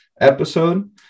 episode